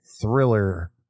thriller